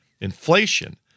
inflation